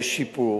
יש שיפור,